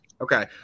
Okay